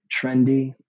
trendy